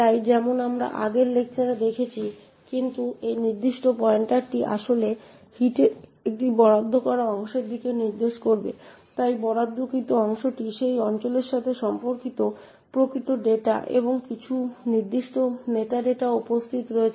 তাই যেমন আমরা আগের লেকচারে দেখেছি কিন্তু এই নির্দিষ্ট পয়েন্টারটি আসলে হিটের একটি বরাদ্দ করা অংশের দিকে নির্দেশ করবে তাই এই বরাদ্দকৃত অংশটি সেই অঞ্চলের সাথে সম্পর্কিত প্রকৃত ডেটা এবং কিছু নির্দিষ্ট মেটাডেটাও উপস্থিত রয়েছে